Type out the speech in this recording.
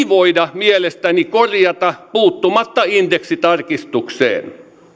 voida mielestäni korjata puuttumatta indeksitarkistukseen